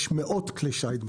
יש בכנרת מאות כלי שיט,